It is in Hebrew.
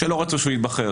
שלא רצו שהוא ייבחר,